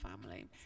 family